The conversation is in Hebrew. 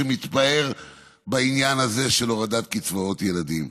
שמתפאר בעניין הזה של הורדת קצבאות הילדים.